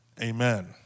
amen